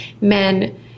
men